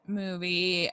movie